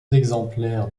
exemplaires